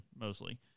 mostly